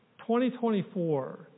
2024